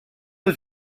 was